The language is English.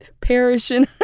perishing